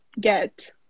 get